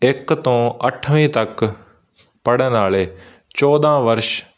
ਇੱਕ ਤੋਂ ਅੱਠਵੀਂ ਤੱਕ ਪੜ੍ਹਨ ਵਾਲੇ ਚੌਦਾਂ ਵਰਸ਼